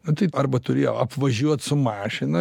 nu tai arba turi apvažiuot su mašina